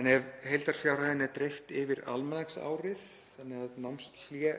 en ef heildarfjárhæðinni er dreift yfir almanaksárið þannig að námshlé